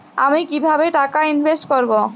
আমি কিভাবে টাকা ইনভেস্ট করব?